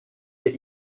est